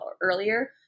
earlier